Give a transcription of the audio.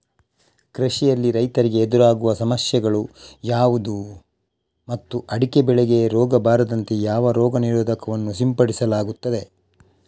ಕೃಷಿಯಲ್ಲಿ ರೈತರಿಗೆ ಎದುರಾಗುವ ಸಮಸ್ಯೆಗಳು ಯಾವುದು ಮತ್ತು ಅಡಿಕೆ ಬೆಳೆಗೆ ರೋಗ ಬಾರದಂತೆ ಯಾವ ರೋಗ ನಿರೋಧಕ ವನ್ನು ಸಿಂಪಡಿಸಲಾಗುತ್ತದೆ?